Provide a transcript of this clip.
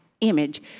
image